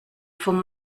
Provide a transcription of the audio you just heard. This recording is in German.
vom